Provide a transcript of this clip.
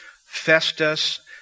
Festus